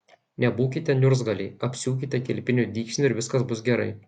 nebūkite niurzgaliai apsiūkite kilpiniu dygsniu ir viskas bus gerai